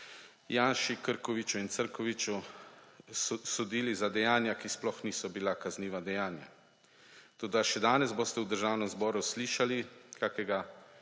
Janši, Krkoviču in Crnkoviču sodili za dejanja, ki sploh niso bila kazniva dejanja. Toda še danes boste v Državnem zboru slišali kakega